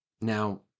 Now